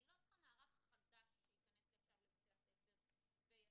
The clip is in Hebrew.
אני לא צריכה מערך חדש שיכנס לי עכשיו לבתי הספר ויסביר,